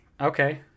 Okay